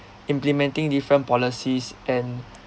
implementing different policies and